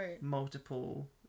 multiple